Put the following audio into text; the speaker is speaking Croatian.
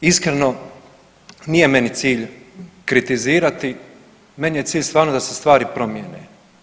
Iskreno, nije meni cilj kritizirati, meni je cilj stvarno da se stvari promijene.